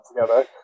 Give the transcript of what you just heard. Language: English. together